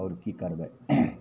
आओर कि करबै